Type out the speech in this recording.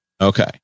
Okay